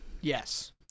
yes